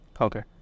Okay